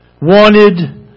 Wanted